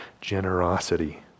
generosity